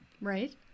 Right